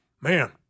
Man